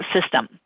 system